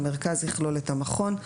המרכז יכלול את המכון,